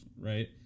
right